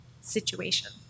situation